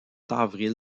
d’avril